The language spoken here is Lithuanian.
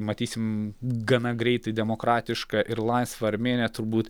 matysim gana greitai demokratišką ir laisvą armėniją turbūt